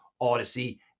Odyssey